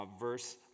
verse